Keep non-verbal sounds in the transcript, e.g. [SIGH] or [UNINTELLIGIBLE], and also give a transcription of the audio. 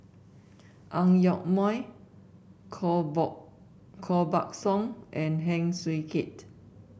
Ang Yoke Mooi Koh [UNINTELLIGIBLE] Koh Buck Song and Heng Swee Keat